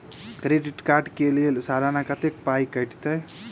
Credit card कऽ लेल सलाना कत्तेक पाई कटतै?